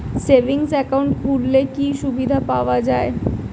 Savings account খুললে কি সুবিধা পাওয়া যায়?